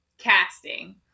casting